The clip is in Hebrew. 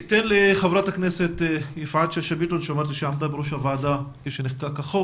חברת הכנסת יפעת שאשא ביטון שעמדה בראש הוועדה עת נחקק החוק.